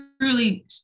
truly